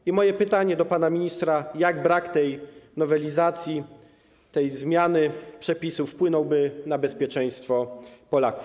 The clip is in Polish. I moje pytanie do pana ministra: Jak brak tej nowelizacji, tej zmiany przepisów wpłynąłby na bezpieczeństwo Polaków?